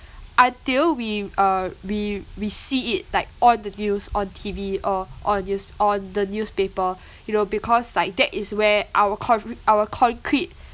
until we uh we we see it like on the news on T_V or on news~ on the newspaper you know because like that is where our con~ our concrete